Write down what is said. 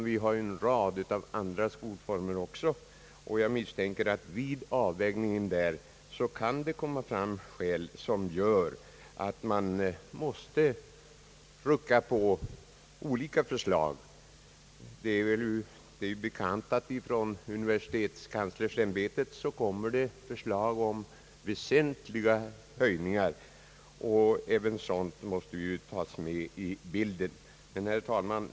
Vi har en rad andra skolformer också, och jag misstänker att det vid avvägningen där kan framkomma skäl som gör att man måste rucka på olika förslag. Det är ju bekant att det från universitetskanslersämbetet kommer förslag om väsentliga höjningar, och även sådant måste tas med i bilden. Herr talman!